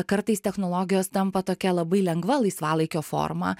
kartais technologijos tampa tokia labai lengva laisvalaikio forma